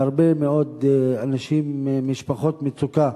והרבה מאוד אנשים ממשפחות מצוקה,